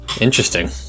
interesting